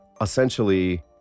essentially